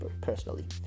personally